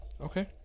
Okay